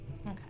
Okay